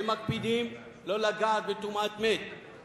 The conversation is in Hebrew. הם מקפידים על טומאת מת, לא לגעת במת.